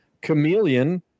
Chameleon